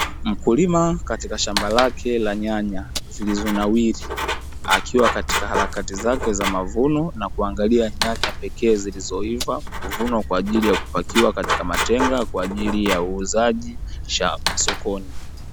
Mkulima katika shamba lake la nyanya zilizonawili akiwa katika harakati zake za mavuno na kuangalia, nyanya pekee zilizoiva kuvunwa kwa ajili ya kupakiwa katika matenga kwa ajili ya uuzaji sokoni.